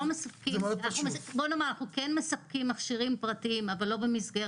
לא, הם פשוט כפופים להסדר